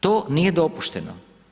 To nije dopušteno.